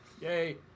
Yay